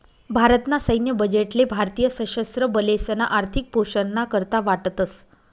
भारत ना सैन्य बजेट ले भारतीय सशस्त्र बलेसना आर्थिक पोषण ना करता वाटतस